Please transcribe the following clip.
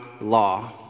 law